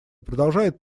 продолжает